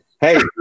Hey